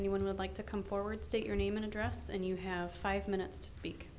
anyone would like to come forward state your name and address and you have five minutes to speak